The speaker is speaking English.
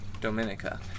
dominica